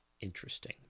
interesting